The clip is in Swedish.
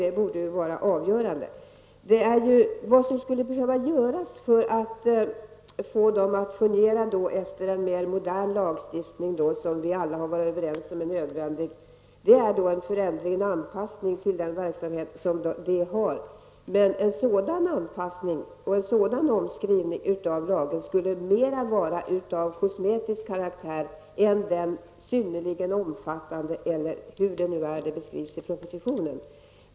Detta borde vara avgörande. Vad som skulle behövs för att få inskrivningsnämnderna att fungera i enlighet med en mera modern lagstiftning -- alla är vi ju överens om att en sådan är nödvändig -- är en anpassning till deras verksamhet. När det gäller denna anpassning skulle en sådan omskrivning av lagen mera vara av kosmetisk karaktär jämfört med den omfattning som det talas om i propositionen.